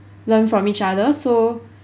learn from each other so